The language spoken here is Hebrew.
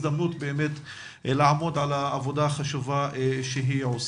אז אולי הדיון של היום הוא הזדמנות לעמוד על העבודה החשובה שהיא עושה.